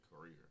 career